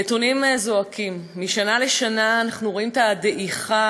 הנתונים זועקים: משנה לשנה אנחנו רואים את הדעיכה